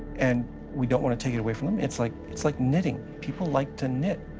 and we don't want to take it away from them. it's like it's like knitting. people like to knit.